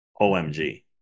OMG